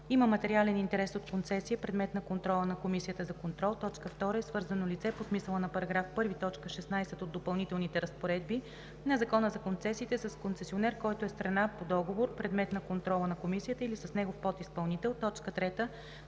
има материален интерес от концесия – предмет на контрола на комисията за контрол; 2. е свързано лице по смисъла на § 1, т. 16 от допълнителните разпоредби на Закона за концесиите с концесионер, който е страна по договор – предмет на контрола на комисията, или с негов подизпълнител. 3.